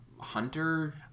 hunter